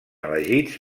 elegits